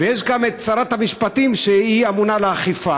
ויש גם שרת המשפטים, שהיא אמונה על האכיפה.